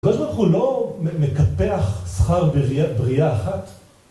זה שאנחנו לא מקפח שכר בריאה אחת